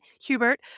Hubert